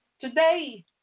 today